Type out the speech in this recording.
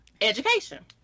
education